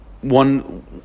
One